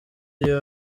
iyo